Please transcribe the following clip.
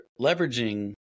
leveraging